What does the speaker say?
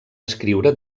escriure